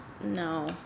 no